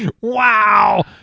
Wow